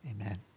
amen